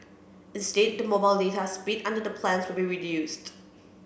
instead the mobile data speed under the plans will be reduced